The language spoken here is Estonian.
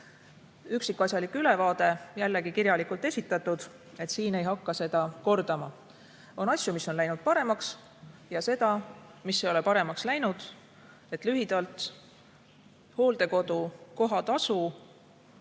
Üksikasjalik ülevaade on jällegi kirjalikult esitatud, nii et siin ei hakka seda kordama. On asju, mis on läinud paremaks, ja seda, mis ei ole paremaks läinud. Lühidalt: hooldekodu kohatasu